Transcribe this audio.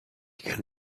can